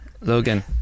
Logan